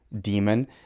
demon